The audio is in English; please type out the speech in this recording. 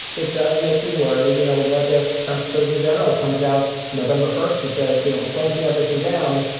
it does make me worry. you know what? if trump surgeon-general comes out november first and says, you know, we're closing everything down.